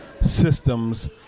systems